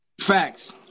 Facts